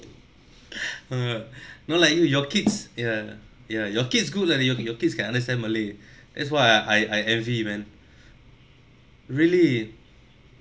uh no lah you your kids ya ya your kids good lah your your kids can understand malay that's why I I envy man really